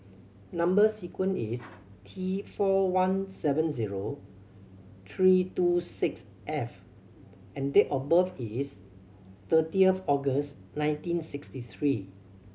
number sequence is T four one seven zero three two six F and date of birth is thirty of August nineteen sixty three